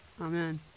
Amen